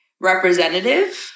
representative